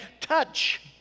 touch